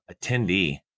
attendee